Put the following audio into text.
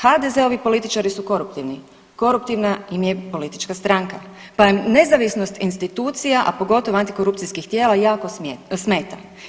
HDZ-ovi političari su koruptivni, koruptivna im je i politička stranka, pa nezavisnost institucija, a pogotovo antikorupcijskih tijela jako smeta.